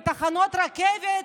בתחנות רכבת,